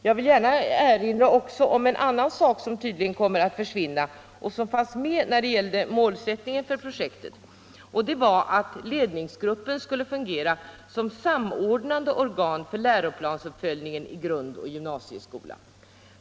Jag vill också gärna erinra om en annan sak som tydligen kommer att försvinna och som fanns med när det gällde målsättningen för projektet, nämligen att ledningsgruppen skulle fungera som samordnande organ för läroplansuppföljningen i grundoch gymnasieskola.